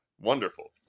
wonderful